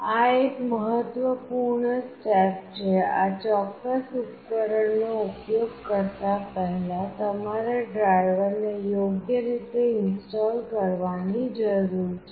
આ એક મહત્વપૂર્ણ સ્ટેપ છે આ ચોક્કસ ઉપકરણનો ઉપયોગ કરતા પહેલાં તમારે ડ્રાઇવરને યોગ્ય રીતે ઇન્સ્ટોલ કરવાની જરૂર છે